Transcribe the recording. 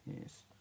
Yes